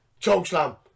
Chokeslam